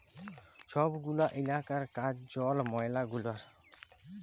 ছব গুলা ইলাকার কাজ জল, ময়লা গুলার